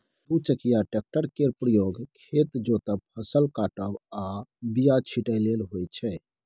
दु चकिया टेक्टर केर प्रयोग खेत जोतब, फसल काटब आ बीया छिटय लेल होइ छै